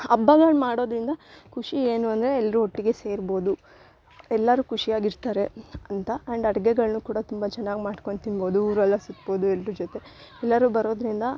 ಹಬ್ಬಗಳ್ ಮಾಡೋದ್ರಿಂದ ಖುಷಿ ಏನು ಅಂದರೆ ಎಲ್ಲರು ಒಟ್ಟಿಗೆ ಸೇರ್ಬೋದು ಎಲ್ಲರು ಖುಷಿಯಾಗಿರ್ತಾರೆ ಅಂತ ಆ್ಯಂಡ್ ಅಡುಗೆಗಳ್ನ್ ಕೂಡ ತುಂಬ ಚೆನ್ನಾಗ್ ಮಾಡ್ಕೊಂಡು ತಿನ್ಬೌದು ಊರೆಲ್ಲ ಸುತ್ಬೋದು ಎಲ್ರು ಜೊತೆ ಎಲ್ಲರು ಬರೋದ್ರಿಂದ